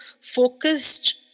focused